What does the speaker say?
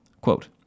Quote